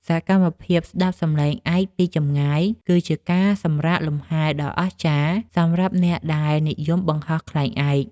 សកម្មភាពស្ដាប់សំឡេងឯកពីចម្ងាយ គឺជាការសម្រាកលម្ហែដ៏អស្ចារ្យសម្រាប់អ្នកដែលនិយមបង្ហោះខ្លែងឯក។